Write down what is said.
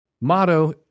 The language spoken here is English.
motto